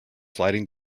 sliding